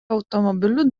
automobilių